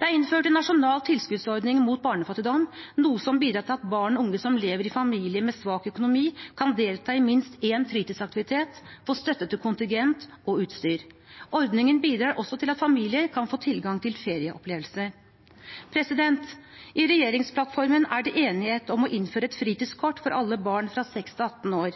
Det er innført en nasjonal tilskuddsordning mot barnefattigdom, noe som bidrar til at barn og unge som lever i familier med svak økonomi, kan delta i minst én fritidsaktivitet, få støtte til kontingent og utstyr. Ordningen bidrar også til at familier kan få tilgang til ferieopplevelser. I regjeringsplattformen er det enighet om å innføre et fritidskort for alle barn fra 6 til 18 år